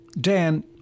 Dan